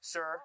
Sir